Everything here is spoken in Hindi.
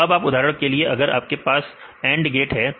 तो अब उदाहरण के लिए अगर आपके पास AND गेट है